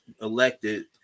elected